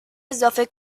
اضافه